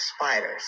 spiders